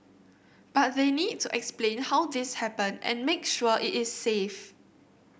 but they need to explain how this happened and make sure it is safe